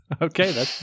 Okay